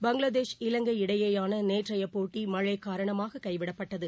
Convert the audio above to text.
பங்களாதேஷ் இவங்கை இடையேயானநேற்றையபோட்டிமழைகாரணமாககைவிடப்பட்டது